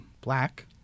black